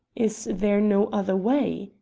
is there no other way?